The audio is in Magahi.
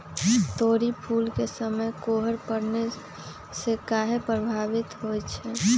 तोरी फुल के समय कोहर पड़ने से काहे पभवित होई छई?